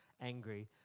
angry